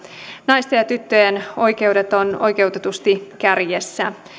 naisten ja tyttöjen oikeudet ovat oikeutetusti kärjessä